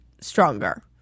stronger